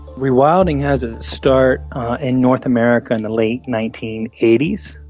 rewilding has its start in north america in the late nineteen eighty s,